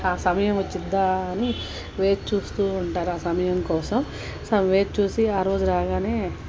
ఆ సమయం వస్తుందా అని వేచి చూస్తూ ఉంటారు ఆ సమయం కోసం వేచి చూసి ఆరోజు రాగానే